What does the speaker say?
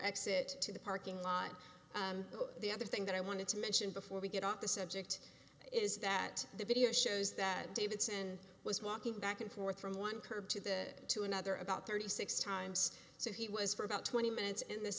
exit to the parking lot and the other thing that i wanted to mention before we get off the subject is that the video shows that davidson was walking back and forth from one curb to the to another about thirty six times so he was for about twenty minutes in this